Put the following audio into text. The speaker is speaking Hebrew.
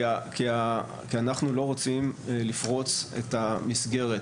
כי אנחנו לא רוצים לפרוץ את המסגרת.